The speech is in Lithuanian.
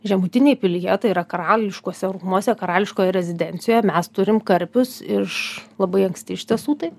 žemutinėj pilyje tai yra karališkuose rūmuose karališkoje rezidencijoje mes turim karpius iš labai anksti iš tiesų tai